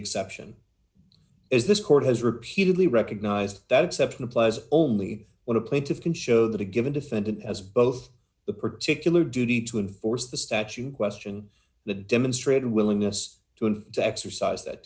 exception is this court has repeatedly recognized that exception applies only when a plaintiff can show that a given defendant has both the particular duty to enforce the statute question the demonstrated willingness to and to exercise that